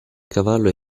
cavallo